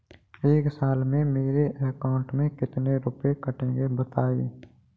एक साल में मेरे अकाउंट से कितने रुपये कटेंगे बताएँ?